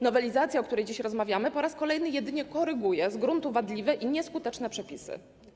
Nowelizacja, o której dziś rozmawiamy, po raz kolejny jedynie koryguje z gruntu wadliwe i nieskuteczne przepisy.